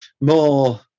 more